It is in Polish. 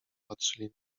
patrzyli